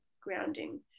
grounding